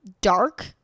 dark